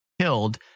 killed